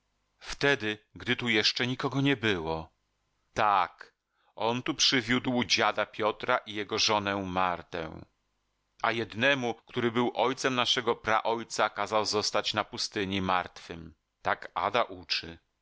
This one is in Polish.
wtedy gdy tu jeszcze nikogo nie było tak on tu przywiódł dziada piotra i jego żonę martę a jednemu który był ojcem naszego praojca kazał zostać na pustyni martwym tak ada uczy